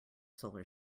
solar